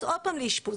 אז עוד פעם לאשפוז.